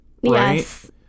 Yes